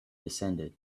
descended